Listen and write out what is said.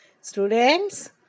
Students